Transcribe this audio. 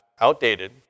outdated